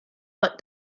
but